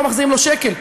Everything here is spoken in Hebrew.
לא מחזירים לו שקל,